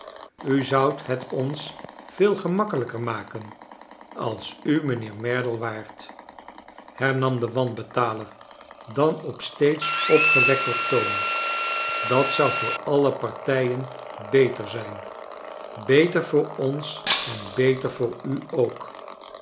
u zoudt het ons veel gemakkelijker maken als u mijnheer merdle waart hernam de wanbetaler dan op steeds opgewekter toon dat zou voor alio partijen beter zijn beter voor ons en beter voor u ook